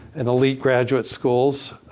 and elite graduate schools.